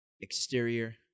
exterior